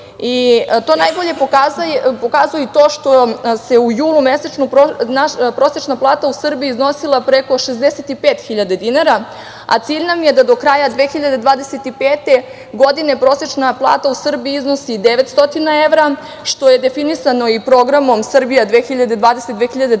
i to najbolje pokazuje i to što se u julu naša prosečna plata u Srbiji iznosila preko 65.000 dinara, a cilj nam je da do kraja 2025. godine prosečna plata u Srbiji iznosi 900 evra, što je definisano i programom „Srbija 2025“,